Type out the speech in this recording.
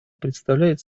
представляет